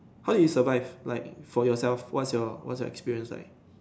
how did you survive like for yourself what's your what's your experience like